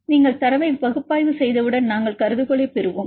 நீங்கள் தரவை பகுப்பாய்வு செய்தவுடன் நாங்கள் கருதுகோளைப் பெறுவோம்